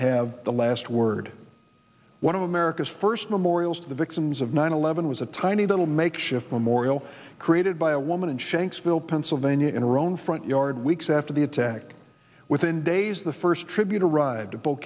have the last word one of america's first memorials to the victims of nine eleven was a tiny little makeshift memorial created by a woman in shanksville pennsylvania in her own front yard weeks after the attack within days the first tribute arrived